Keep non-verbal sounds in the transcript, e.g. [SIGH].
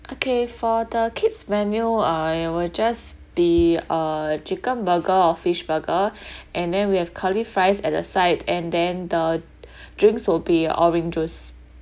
okay for the kids menu uh it will just be a chicken burger or fish burger [BREATH] and then we have curly fries at the side and then the [BREATH] drinks will be orange juice